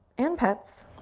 and pets.